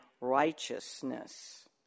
righteousness